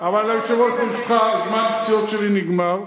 אבל היושב-ראש, ברשותך, זמן הפציעות שלי נגמר.